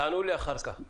תענו לי אחר כך.